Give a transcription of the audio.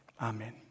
Amen